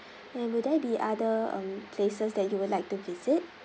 and will there be other um places that you would like to visit